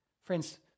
Friends